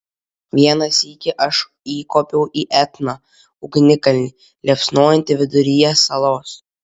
vieną sykį aš įkopiau į etną ugnikalnį liepsnojantį viduryje salos